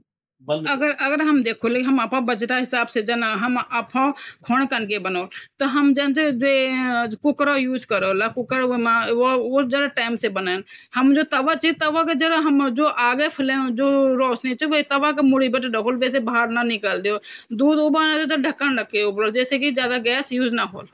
अगर म्येरू अपरा देश माँ खाणों कू रेस्तरां व्होंदू त मि पकोंदू -पनीर दो प्याजा, दाल तड़का, मशरूम मसाला, दाल भात, रैलू, झोली भात, सलाद, दूध कू भात आदि।